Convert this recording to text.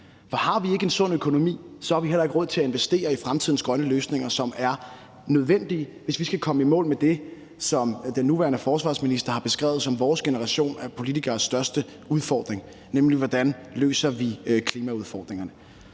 For har vi ikke en sund økonomi, har vi heller ikke råd til at investere i fremtidens grønne løsninger, som er nødvendige, hvis vi skal komme i mål med det, som den nuværende forsvarsminister har beskrevet som vores generation af politikeres største udfordring, nemlig hvordan vi løser klimaudfordringerne.